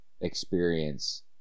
experience